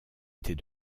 était